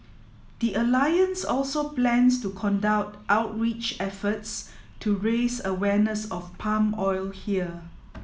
the alliance also plans to conduct outreach efforts to raise awareness of palm oil here